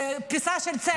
פיסה של צמר.